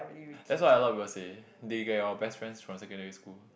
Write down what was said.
that's what a lot of people say that you get your best friends from secondary school